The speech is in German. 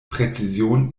präzision